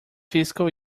fiscal